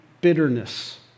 bitterness